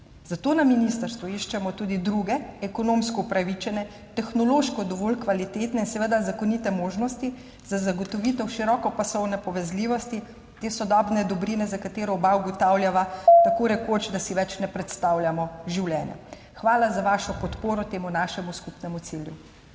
zato na ministrstvu iščemo tudi druge ekonomsko upravičene, tehnološko dovolj kvalitetne in seveda zakonite možnosti za zagotovitev širokopasovne povezljivosti te sodobne dobrine, za katero oba ugotavljava, da si brez nje tako rekoč ne predstavljamo več življenja. Hvala za vašo podporo temu našemu skupnemu cilju